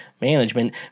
management